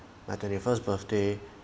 my twenty first birthday